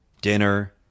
dinner